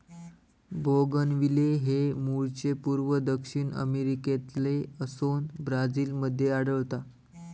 bougainvillea हे मूळचे पूर्व दक्षिण अमेरिकेतले असोन ब्राझील मध्ये आढळता